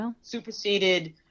superseded